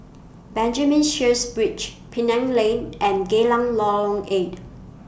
Benjamin Sheares Bridge Penang Lane and Geylang Lorong eight